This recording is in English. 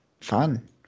fun